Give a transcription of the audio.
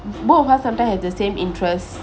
both of us sometimes have the same interest